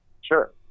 Sure